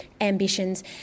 ambitions